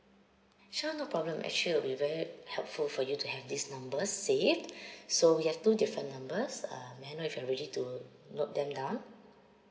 sure no problem actually will be very helpful for you to have these numbers saved so we have two different numbers uh may I know if you're ready to note them down